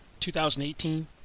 2018